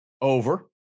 Over